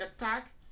attack